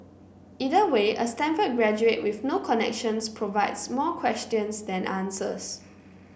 either way a Stanford graduate with no connections provides more questions than answers